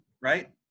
right